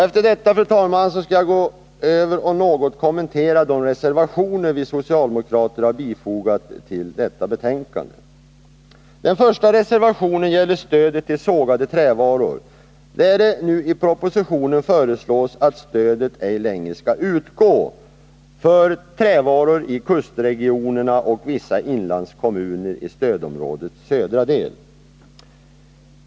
Efter detta, fru talman, skall jag något kommentera de reservationer som vi socialdemokrater har fogat vid betänkandet. Den första reservationen gäller stödet till sågade trävaror, där det nu i propositionen föreslås att stödet ej längre skall utgå för trävaror i kustregionerna och vissa inlandskommuner i stödområdets södra del.